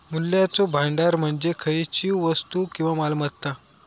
मूल्याचो भांडार म्हणजे खयचीव वस्तू किंवा मालमत्ता